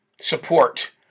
support